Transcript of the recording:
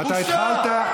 אתה התחלת,